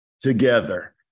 together